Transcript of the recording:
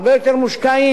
הרבה יותר מושקעים.